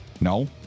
No